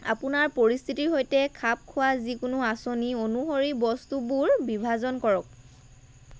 আপোনাৰ পৰিস্থিতিৰ সৈতে খাপখোৱা যিকোনো আঁচনি অনুসৰি বস্তুবোৰ বিভাজন কৰক